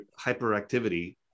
hyperactivity